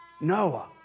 Noah